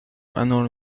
انار